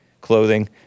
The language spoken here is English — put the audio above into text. clothing